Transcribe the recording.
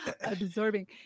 absorbing